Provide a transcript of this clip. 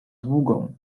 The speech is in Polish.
długą